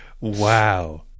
Wow